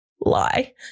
lie